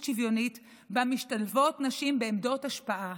שוויונית שבה משתלבות נשים בעמדות השפעה.